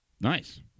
Nice